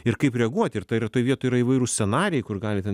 ir kaip reaguoti ir tai yra toj vietoj yra įvairūs scenarijai kur galite